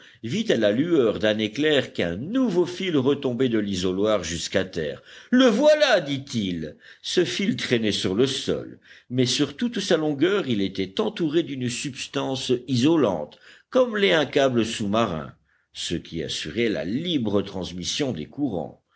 vit à la lueur d'un éclair qu'un nouveau fil retombait de l'isoloir jusqu'à terre le voilà dit-il ce fil traînait sur le sol mais sur toute sa longueur il était entouré d'une substance isolante comme l'est un câble sous-marin ce qui assurait la libre transmission des courants